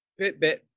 Fitbit